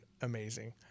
amazing